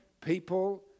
People